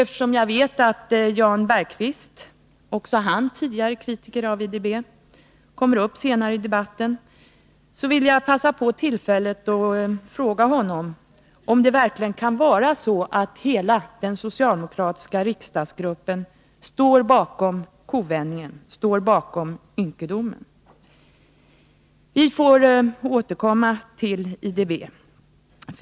Eftersom jag vet att Jan Bergqvist — också han tidigare kritiker av IDB - kommer upp senare i debatten, vill jag passa på tillfället att fråga honom om det verkligen kan vara så att hela den socialdemokratiska riksdagsgruppen står bakom kovändningen, står bakom ynkedomen. Vi får återkomma till IDB.